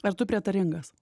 ar tu prietaringas